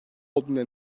olduğuna